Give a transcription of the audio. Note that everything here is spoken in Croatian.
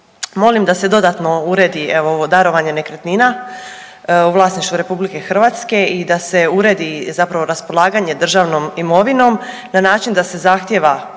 molim da se dodatno uredi evo ovo darovanje nekretnina u vlasništvu RH i da se uredi zapravo raspolaganje državnom imovinom na način da se zahtjeva